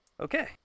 Okay